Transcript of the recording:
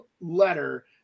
letter